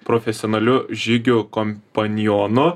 profesionaliu žygių kompanionu